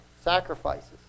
sacrifices